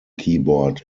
keyboard